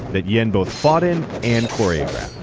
that yen both fought in and choreographed.